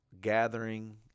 gathering